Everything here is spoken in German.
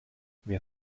wer